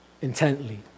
intently